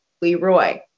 Leroy